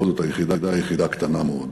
בכל זאת, היחידה היא יחידה קטנה מאוד,